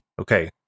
okay